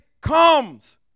comes